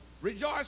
Rejoice